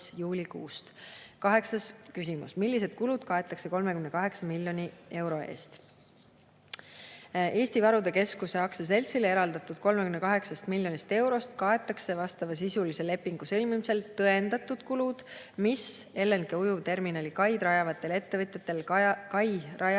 küsimus: "Millised [k]ulud kaetakse 38 miljoni euro eest?" Eesti Varude Keskuse Aktsiaseltsile eraldatud 38 miljonist eurost kaetakse vastavasisulise lepingu sõlmimisel tõendatud kulud, mis LNG-ujuvterminali kaid rajavatel ettevõtjatel kai